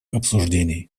обсуждений